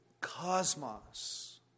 cosmos